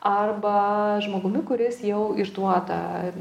arba žmogumi kuris jau išduoda